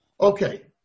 Okay